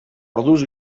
orduz